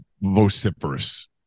vociferous